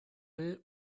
will